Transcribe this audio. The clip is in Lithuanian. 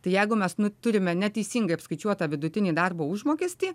tai jeigu mes turime neteisingai apskaičiuotą vidutinį darbo užmokestį